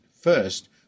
First